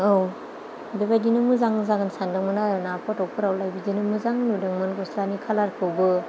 औ बेबायदिनो मोजांबो जागोन सानदोंमोन आरो ना फटकफोरावलाय बिदिनो मोजां नुदोंमोन गस्लानि खालारखौबो